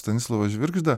stanislovą žvirgždą